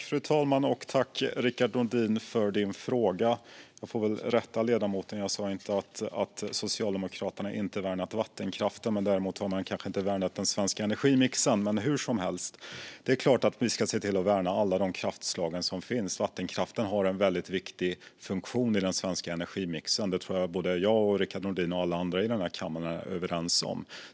Fru talman! Tack, Rickard Nordin, för din fråga! Jag får väl rätta ledamoten. Jag sa inte att Socialdemokraterna inte värnat vattenkraften. Däremot har de kanske inte värnat den svenska energimixen. Men hur som helst är det klart att vi ska värna alla de kraftslag som finns. Vattenkraften har en väldigt viktig funktion i den svenska energimixen, och det tror jag att jag och Rickard Nordin och alla andra i den här kammaren är överens om.